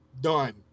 done